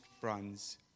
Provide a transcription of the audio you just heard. bronze